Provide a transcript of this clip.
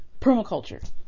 permaculture